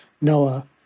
Noah